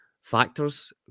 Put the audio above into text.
factors